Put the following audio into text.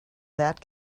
that